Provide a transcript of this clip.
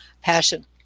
passion